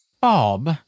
Bob